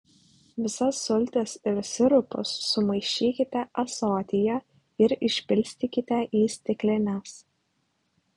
visas sultis ir sirupus sumaišykite ąsotyje ir išpilstykite į stiklines